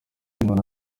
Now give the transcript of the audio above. ingona